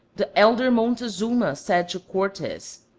the elder montezuma said to cortez,